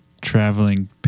traveling